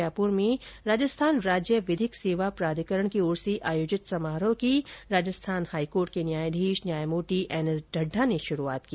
जयपुर में राजस्थान राज्य विधिक सेवा प्राधिकरण की ओर से आयोजित समारोह की राजस्थान हाईकोर्ट के न्यायाधीश न्यायमूर्ति एनएस ढढ्ढा ने शुरुआत की